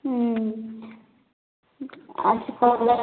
हुँ आजकल